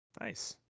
nice